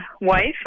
wife